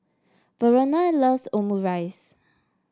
Verona loves Omurice